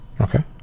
Okay